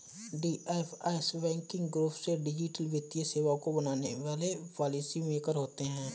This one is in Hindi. डी.एफ.एस वर्किंग ग्रुप में डिजिटल वित्तीय सेवाओं को बनाने वाले पॉलिसी मेकर होते हैं